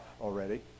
already